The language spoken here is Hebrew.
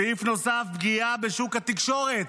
סעיף נוסף, פגיעה בשוק התקשורת,